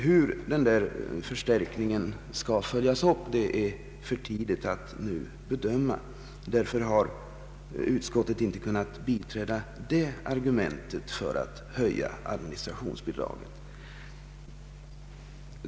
Hur denna förstärkning skall följas upp är ännu för tidigt att bedöma. Därför har utskottet inte kunnat biträda det argumentet för att höja administrationsbidraget.